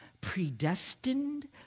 predestined